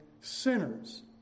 sinners